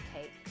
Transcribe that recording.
cake